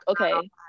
okay